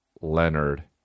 Leonard